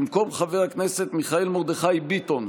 במקום חבר הכנסת מיכאל מרדכי ביטון,